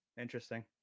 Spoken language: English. interesting